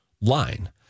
line